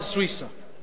השר סויסה היה.